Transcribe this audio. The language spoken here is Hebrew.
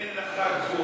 אין לך גבול.